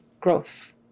Growth